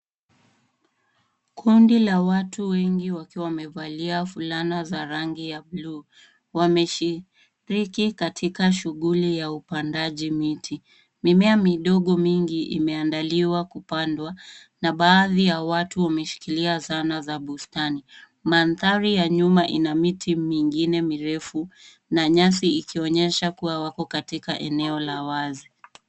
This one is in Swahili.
Kundi la watu wengi wakiwa wamevalia fulana za rangi ya buluu. Wameshiriki katika shughuli ya upandaji miti. Mimea midogo mingi imeandaliwa kupandwa na baadhi ya watu wameshikilia zana za bustani. Mandhari ya nyuma ina miti mingine mirefu na nyasi ikionyesha kuwa wako katika eneo la wazi.